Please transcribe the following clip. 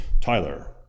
Tyler